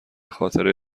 خاطره